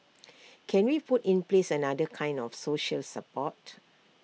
can we put in place another kind of social support